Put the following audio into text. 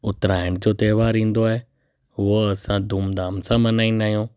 उतराण जो त्योहार ईंदो आहे हू असां धूमधाम सां मल्हाईंदा आहियूं